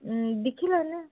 दिक्खी लैन्ने आं